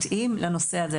מתאים לנושא הזה.